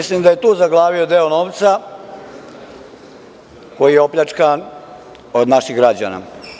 Mislim da je tu zaglavio deo novca koji je opljačkan od naših građana.